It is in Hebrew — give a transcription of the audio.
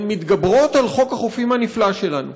והן מתגברות על חוק החופים הנפלא שלנו.